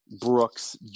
Brooks